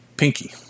Pinky